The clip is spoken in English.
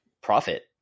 profit